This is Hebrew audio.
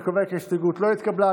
אני קובע כי ההסתייגות לא התקבלה.